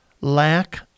Lack